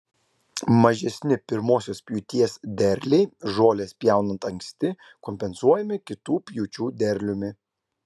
mažesni pirmosios pjūties derliai žoles pjaunant anksti kompensuojami kitų pjūčių derliumi